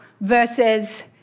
versus